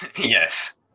Yes